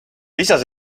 lisas